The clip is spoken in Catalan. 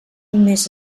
més